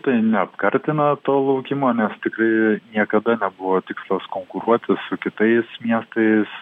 tai neapkartina to laukimo nes tikrai niekada nebuvo tikslas konkuruoti su kitais miestais